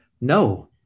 No